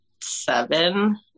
seven